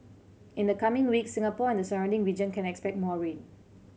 in the coming weeks Singapore and the surrounding region can expect more rain